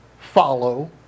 follow